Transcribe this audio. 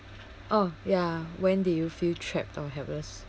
oh ya when did you feel trapped or helpless